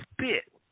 spit